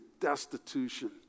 destitution